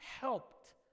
helped